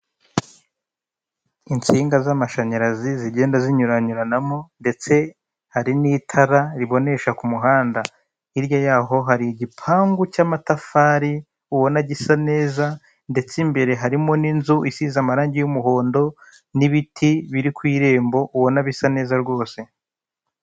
Insinga z'amashanyarazi zigenda zinyuranyuranamo, ndetse hari n'itara ribonesha ku muhanda. Hirya yaho hari igipangu cy'amatafari ubona gisa neza, ndetse imbere harimo n'inzu isize amarange y'umuhondo, n'ibiti biri ku irembo ubona bisa neza rwose.